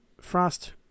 Frost